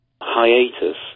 hiatus